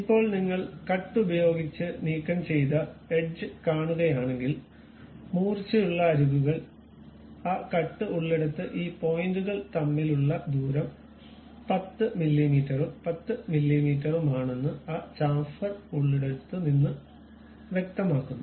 ഇപ്പോൾ നിങ്ങൾ കട്ട് ഉപയോഗിച്ച് നീക്കം ചെയ്ത എഡ്ജ് കാണുകയാണെങ്കിൽ മൂർച്ചയുള്ള അരികുകൾ ആ കട്ട് ഉള്ളിടത്ത് ഈ പോയിന്റുകൾ തമ്മിലുള്ള ദൂരം 10 മില്ലീമീറ്ററും 10 മില്ലീമീറ്ററുമാണന്നു ആ ചാംഫർ ഉള്ളിടത്ത് നിന്ന് വ്യക്തമാക്കുന്നു